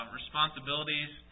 responsibilities